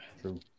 true